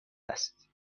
است